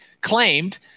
claimed